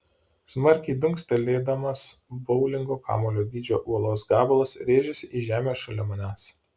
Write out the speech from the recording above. smarkiai dunkstelėdamas boulingo kamuolio dydžio uolos gabalas rėžėsi į žemę šalia manęs